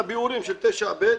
את הביאורים של 9(ב).